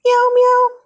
meow meow